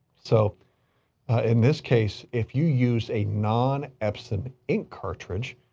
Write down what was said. so in this case, if you use a non epson ink cartridge,